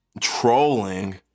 trolling